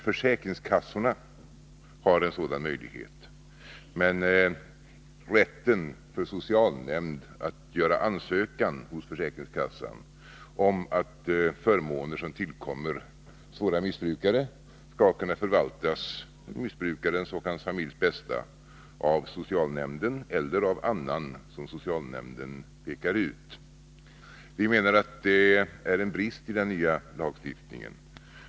Försäkringskassorna har en sådan möjlighet, men socialnämnderna har inte längre rätten att göra ansökan hos försäkringskassan om att förmåner som tillkommer svåra missbrukare skall få förvaltas — till missbrukarens och hans familjs bästa — av socialnämnden eller annan som socialnämnden anvisar. Vi menar att det är en brist i den nya lagstiftningen.